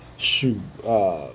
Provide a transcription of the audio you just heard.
shoot